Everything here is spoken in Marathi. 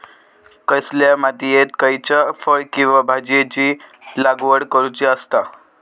कसल्या मातीयेत खयच्या फळ किंवा भाजीयेंची लागवड करुची असता?